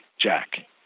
Jack